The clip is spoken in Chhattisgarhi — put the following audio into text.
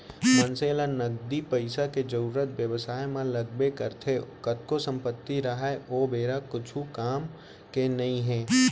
मनसे ल नगदी पइसा के जरुरत बेवसाय म लगबे करथे कतको संपत्ति राहय ओ बेरा कुछु काम के नइ हे